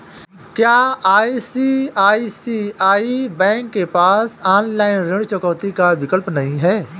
क्या ICICI bank के पास ऑनलाइन ऋण चुकौती का विकल्प नहीं है?